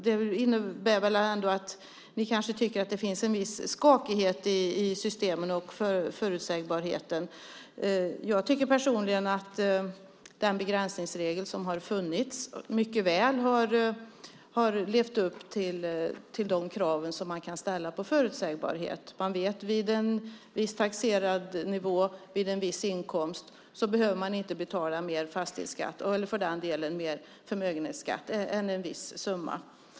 Det innebär väl ändå att ni kanske tycker att det finns en viss skakighet i systemet och när det gäller förutsägbarheten. Jag tycker personligen att den begränsningsregel som har funnits mycket väl har levt upp till de krav som man kan ställa på förutsägbarhet. Man vet att man vid en viss taxerad nivå och vid en viss inkomst inte behöver betala mer fastighetsskatt eller för den delen mer förmögenhetsskatt än en viss summa.